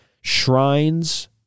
Shrines